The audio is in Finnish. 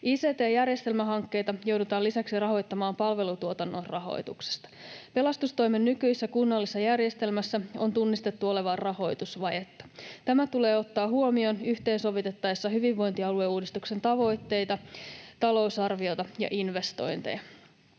Ict-järjestelmähankkeita joudutaan lisäksi rahoittamaan palvelutuotannon rahoituksesta. Pelastustoimen nykyisessä kunnallisessa järjestelmässä on tunnistettu olevan rahoitusvajetta. Tämä tulee ottaa huomioon yhteensovitettaessa hyvinvointialueuudistuksen tavoitteita, talousarviota ja investointeja.